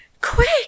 Quick